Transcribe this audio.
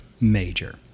major